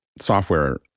software